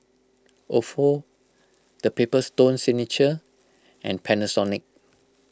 Ofo the Paper Stone Signature and Panasonic